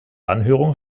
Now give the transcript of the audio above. anhörung